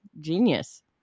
genius